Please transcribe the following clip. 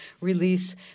release